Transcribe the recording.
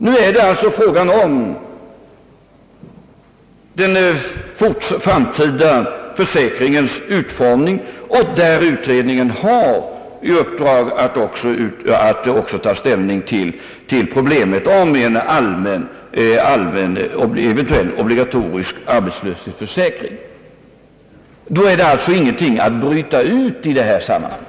Nu är det alltså fråga om den framtida försäkringens utformning, och därvid har utredningen också i uppdrag att även ta ställning till problemet om en eventuell obligatorisk arbetslöshetsförsäkring. Då finns det alltså ingenting att bryta ut i detta sammanhang.